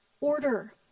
order